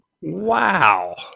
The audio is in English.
Wow